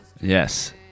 Yes